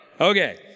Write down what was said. Okay